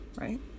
right